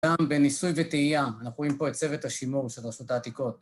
גם בניסוי ותהייה, אנחנו רואים פה את צוות השימור של רשות העתיקות